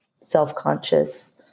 self-conscious